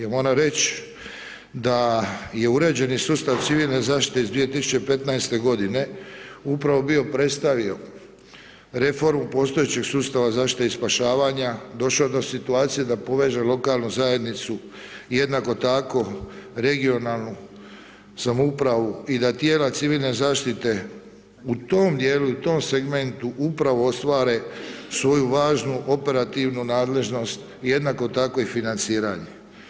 I moram reći da je uređeni sustav civilne zaštite iz 2015. godine upravo bio predstavio reformu postojećeg sustava zaštite i spašavanja došlo je do jedne situacije da poveže lokalnu zajednicu jednako tako regionalnu samoupravu i da tijela civilne zaštite u tom djelu i tom segmentu upravo ostvare svoju važnu operativnu nadležnost, jednako tako i financiranje.